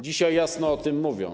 Dzisiaj jasno o tym mówią.